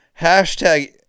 hashtag